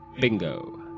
Bingo